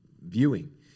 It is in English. viewing